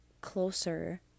closer